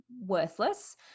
worthless